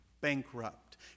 bankrupt